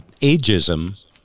ageism